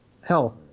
hell